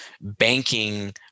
banking